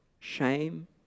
Shame